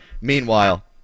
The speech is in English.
Meanwhile